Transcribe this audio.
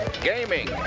gaming